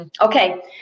Okay